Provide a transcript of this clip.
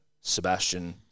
Sebastian